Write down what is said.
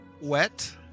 wet